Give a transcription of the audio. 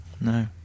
No